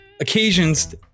occasions